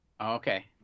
Okay